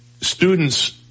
students